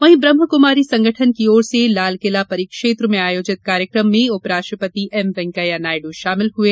वहीं ब्रह्म कुमारी संगठन की ओर से लालकिला परिक्षेत्र में आयोजित कार्यक्रम में उप राष्ट्रपति एम वैंकैया नायडू शामिल हुए